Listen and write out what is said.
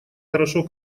хорошо